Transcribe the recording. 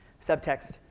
Subtext